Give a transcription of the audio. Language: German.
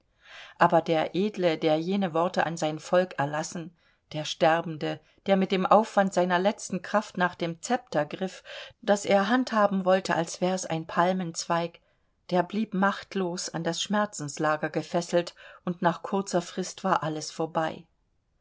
aber der edle der jene worte an sein volk erlassen der sterbende der mit dem aufwand seiner letzten kraft nach dem szepter griff das er handhaben wollte als wär's einen palmenzweig der blieb machtlos an das schmerzenslager gefesselt und nach kurzer frist war alles vorbei